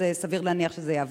אז סביר להניח שזה יעבור.